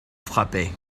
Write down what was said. frappés